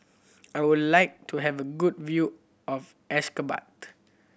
I would like to have a good view of Ashgabat